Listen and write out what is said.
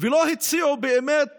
ולא הציעו באמת